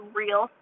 real